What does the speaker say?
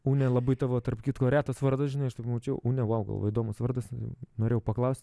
unė labai tavo tarp kitko retas vardas žinai aš taip pamčiau unė vau įdomus vardas norėjau paklaus